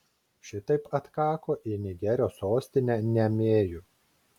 šitaip atkako į nigerio sostinę niamėjų